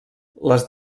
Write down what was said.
les